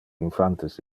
infantes